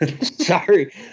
Sorry